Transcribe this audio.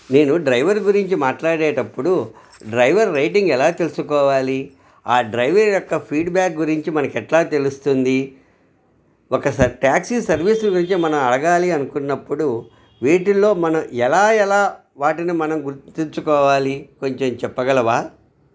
నేను డ్రైవర్ గురించి మాట్లాడేటప్పుడు డ్రైవర్ రేటింగ్ ఎలా తెలుసుకోవాలి ఆ డ్రైవర్ యొక్క ఫీడ్బ్యాక్ గురించి మనకెలా తెలుస్తుంది ఒక టాక్సీ సర్వీసు గురించి మనం అడగాలి అనుకున్నప్పుడు వీటిల్లో మనం ఎలా ఎలా వాటిని మనం గుర్తించుకోవాలి కొంచెం చెప్పగలవా